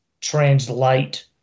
translate